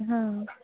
हं